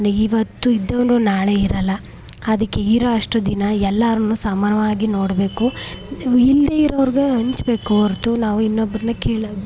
ಇವತ್ತು ಇದ್ದವನು ನಾಳೆ ಇರಲ್ಲ ಅದಕ್ಕೆ ಇರೋ ಅಷ್ಟು ದಿನ ಎಲ್ಲಾರನ್ನು ಸಮಾನವಾಗಿ ನೋಡಬೇಕು ಇಲ್ಲದೇ ಇರೋರಿಗೆ ಹಂಚ್ಬೇಕು ಹೊರ್ತು ನಾವು ಇನ್ನೊಬ್ಬರನ್ನ ಕೀಳಾಗಿ ನೋಡಬಾರ್ದು